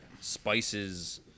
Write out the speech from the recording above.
Spices